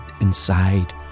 inside